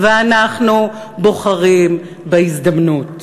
ואנחנו בוחרים בהזדמנות.